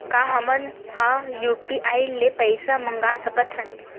का हमन ह यू.पी.आई ले पईसा मंगा सकत हन?